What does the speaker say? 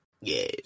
Yes